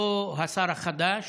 לא השר החדש